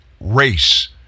race